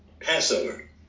Passover